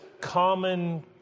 common